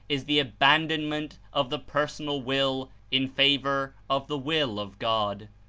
is the abandonment of the personal will in favor of the will of god.